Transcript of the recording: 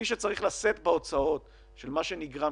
מי שצריך לשאת בהוצאות של מה שנגרם